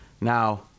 Now-